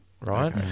right